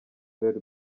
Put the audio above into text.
vert